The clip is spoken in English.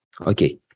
okay